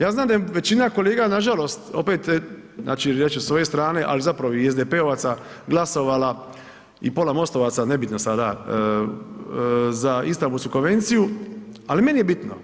Ja znam da je većina kolega, nažalost, opet, znači reći ću sa svoje strane, ali zapravo i SDP-ovaca glasovala i pola MOST-ovaca, nebitno sada, za Istambulsku konvenciju, ali meni je bitno.